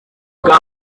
bwa